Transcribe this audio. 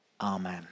Amen